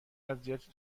اذیت